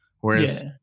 whereas